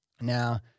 Now –